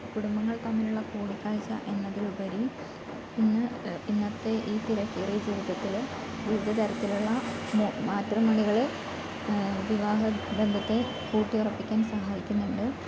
കുടുംബങ്ങൾ തമ്മിലുള്ള കൂടിക്കാഴ്ച എന്നതിലുപരി ഇന്ന് ഇന്നത്തെ ഈ തിരക്കേറിയ ജീവിതത്തിൽ വിവിധ തരത്തിലുള്ള മാട്രിമോണികൾ വിവാഹ ബന്ധത്തെ കൂട്ടി ഉറപ്പിക്കാൻ സഹായിക്കുന്നുണ്ട്